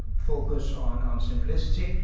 focus on on simplicity,